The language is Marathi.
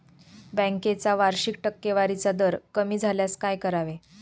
बँकेचा वार्षिक टक्केवारीचा दर कमी झाल्यास काय करावे?